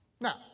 Now